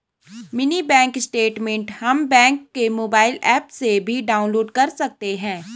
mini bank statement हम bank के mobile app से भी डाउनलोड कर सकते है